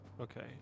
Okay